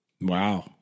Wow